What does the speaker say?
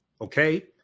Okay